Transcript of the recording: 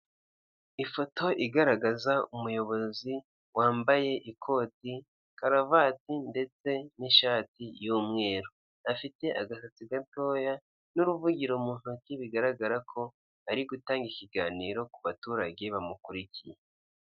Ifoto igaragaza umuyobozi wambaye ikoti, karavati ndetse n'ishati y'umweru, afite agasatsi gatoya n'uruvugiro mu ntoki bigaragara ko ari gutanga ikiganiro ku baturage bamukurikiye.